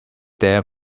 there